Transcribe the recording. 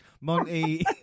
Monty